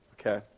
Okay